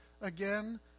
again